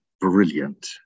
brilliant